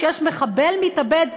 שיש מחבל מתאבד מה"חמאס"